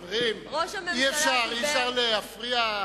חברים, אי-אפשר להפריע.